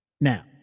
Now